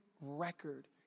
record